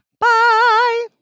Bye